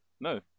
No